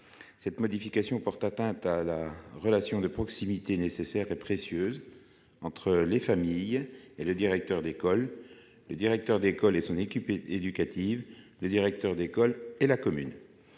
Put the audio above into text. Cette modification porte atteinte à la relation de proximité, nécessaire et précieuse, entre les familles et le directeur d'école, le directeur d'école et son équipe éducative, le directeur d'école et la commune.